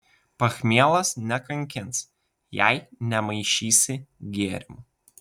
pachmielas nekankins jei nemaišysi gėrimų